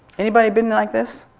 anybody been like this?